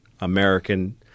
American